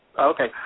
Okay